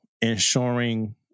ensuring